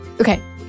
Okay